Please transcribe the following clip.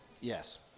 Yes